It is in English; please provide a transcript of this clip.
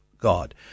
God